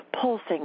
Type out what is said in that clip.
pulsing